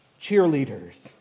cheerleaders